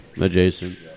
adjacent